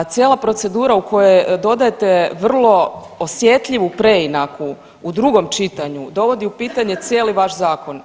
Cijela procedura u kojoj dodajete vrlo osjetljivu preinaku u drugom čitanju dovodi u pitanje cijeli vaš zakon.